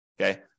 Okay